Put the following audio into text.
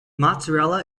mozzarella